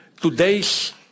today's